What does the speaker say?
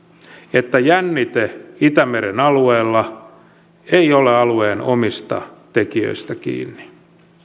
että jännite itämeren alueella ei ole alueen omista tekijöistä kiinni